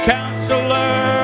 Counselor